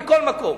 מכל מקום.